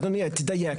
אדוני תדייק.